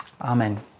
amen